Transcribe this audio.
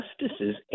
justices